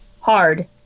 hard